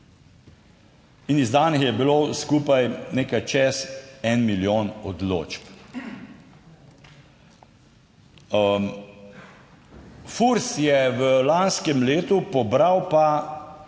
in izdanih je bilo skupaj nekaj čez milijon odločb. Furs pa je v lanskem letu pobral -